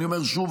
אני אומר שוב,